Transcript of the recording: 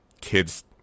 kids